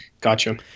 Gotcha